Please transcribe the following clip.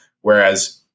Whereas